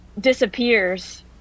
disappears